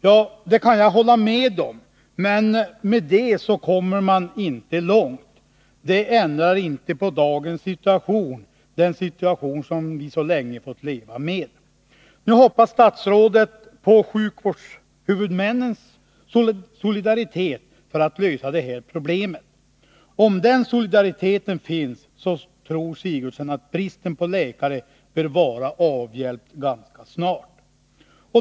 Ja, det kan jag hålla med om, men med det kommer man inte långt. Detta ändrar inte på dagens situation, den situation som vi så länge fått finna oss i. Nu hoppas statsrådet på sjukvårdshuvudmännens solidaritet för att kunna lösa det här problemet. Om den solidariteten finns, tror fru Sigurdsen att bristen på läkare kan vara avhjälpt ganska snart.